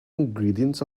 ingredients